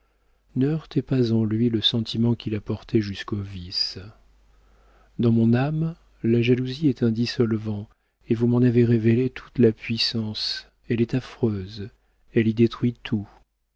ne heurtez pas en lui le sentiment qu'il a porté jusqu'au vice dans mon âme la jalousie est un dissolvant et vous m'en avez révélé toute la puissance elle est affreuse elle y détruit tout